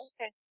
okay